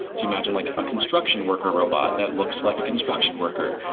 so imagine like a construction worker robot that looks like a construction worker,